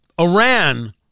Iran